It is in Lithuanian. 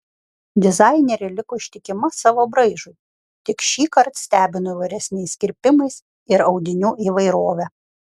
dizainerė liko ištikima savo braižui tik šįkart stebino įvairesniais kirpimais ir audinių įvairove